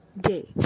day